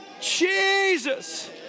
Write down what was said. Jesus